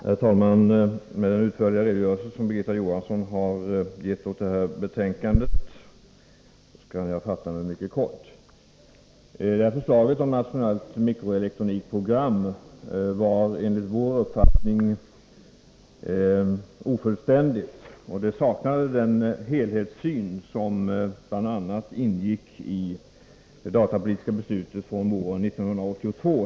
Herr talman! Efter den utförliga redogörelse som Birgitta Johansson har givit för detta betänkande skall jag fatta mig mycket kort. Förslaget om rationellt mikroelektronikprogram är enligt vår uppfattning ofullständigt, och det saknade den helhetssyn som bl.a. ingick i det datapolitiska beslutet här i riksdagen våren 1982.